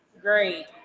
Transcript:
Great